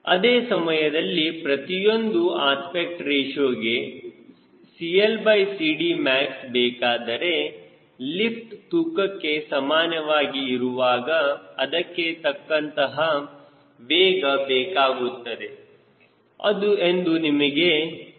ಅದೇ ಸಮಯದಲ್ಲಿ ಪ್ರತಿಯೊಂದು ಅಸ್ಪೆಕ್ಟ್ ರೇಶಿಯೋಗೆ CLCDmax ಬೇಕಾದರೆ ಲಿಫ್ಟ್ ತೂಕಕ್ಕೆ ಸಮಾನವಾಗಿ ಇರುವಾಗ ಅದಕ್ಕೆ ತಕ್ಕಂತಹ ವೇಗ ಬೇಕಾಗುತ್ತದೆ ಎಂದು ನಮಗೆ ತಿಳಿದಿದೆ